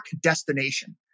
destination